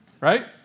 Right